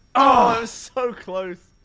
ah so close!